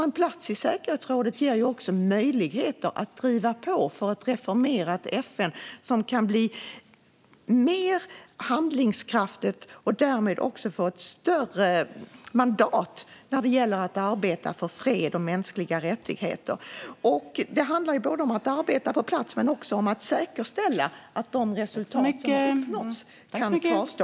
En plats i säkerhetsrådet ger ju möjligheter att driva på för ett reformerat FN som kan bli mer handlingskraftigt och därmed få ett större mandat när det gäller att arbeta för fred och mänskliga rättigheter. Det handlar både om att arbeta på plats och om att säkerställa att de resultat som uppnås kan kvarstå.